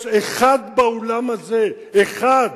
יש אחד באולם, אחד,